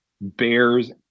Bears